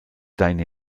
deine